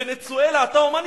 ונצואלה, אתה הומני?